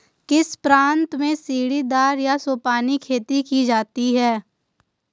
किस प्रांत में सीढ़ीदार या सोपानी खेती की जाती है?